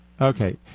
Okay